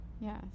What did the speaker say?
yes